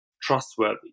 trustworthy